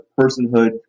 personhood